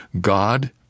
god